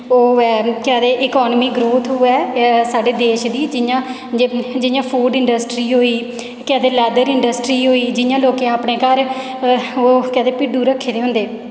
ओह् ऐ कि लोग केह् आखदे अकानमी ग्रोथ होऐ साढ़े देश दी जियां जियां फूड इंडस्ट्री होई केह् आखदे लैदर इंडस्ट्री होई जियां लोकें अपने घर ओह् केह् आखदे ओह् भिड्डू रक्खे दे होंदे